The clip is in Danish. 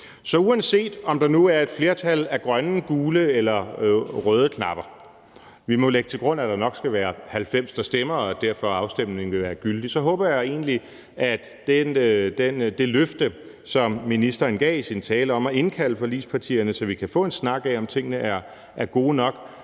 Så uanset, om der nu er et flertal af grønne, gule eller røde knapper – vi må jo lægge til grund, at der nok skal være 90, der stemmer, og derfor at afstemningen vil være gyldig – håber jeg egentlig, at det løfte, som ministeren gav i sin tale om at indkalde forligspartierne, så vi kan få en snak om, om tingene er gode nok,